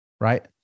Right